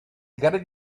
gutted